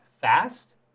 fast